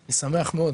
אני שמח מאוד.